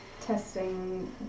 testing